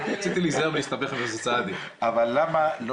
רציתי להיזהר מלהסתבך עם סעדי.